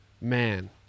man